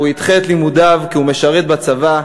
הוא ידחה את לימודיו כי הוא משרת בצבא.